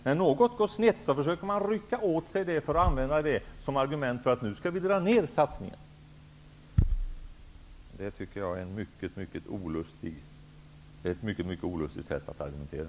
När något gått snett försöker man att rycka åt sig det hela och använda det som argument för en neddragning på satsningen. Jag tycker att det är ett mycket olustigt sätt att argumentera.